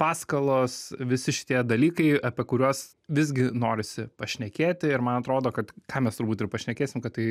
paskalos visi šitie dalykai apie kuriuos visgi norisi pašnekėti ir man atrodo kad ką mes turbūt ir pašnekėsim kad tai